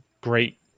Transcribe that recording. great